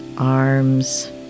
Arms